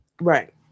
Right